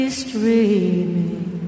streaming